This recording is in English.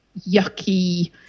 yucky